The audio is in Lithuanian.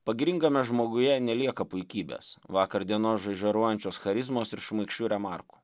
pagiringame žmoguje nelieka puikybės vakar dienos žaižaruojančios charizmos ir šmaikščių remarkų